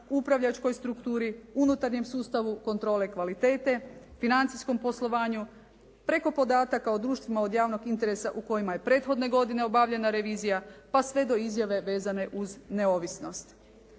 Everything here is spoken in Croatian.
upravljačkoj strukturi, unutarnjem sustavu kontrole kvalitete, financijskom poslovanju preko podataka o društvima od javnog interesa u kojima je prethodne godine obavljena revizija, pa sve do izjave vezane uz neovisnost.